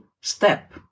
step